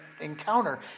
encounter